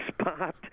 spot